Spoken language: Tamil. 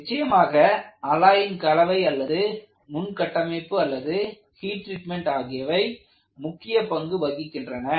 நிச்சயமாக அல்லாயின் கலவை அல்லது நுண் கட்டமைப்பு அல்லது ஹீட் ட்ரீட்மென்ட் ஆகியவை முக்கிய பங்கு வகிக்கின்றன